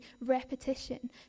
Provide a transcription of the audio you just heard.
repetition